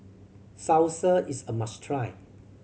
salsa is a must try